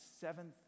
seventh